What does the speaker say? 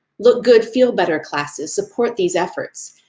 look good, feel better classes support these efforts,